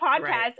podcast